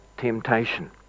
temptation